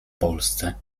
polsce